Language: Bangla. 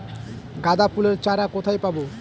গাঁদা ফুলের চারা কোথায় পাবো?